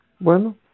Bueno